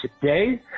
today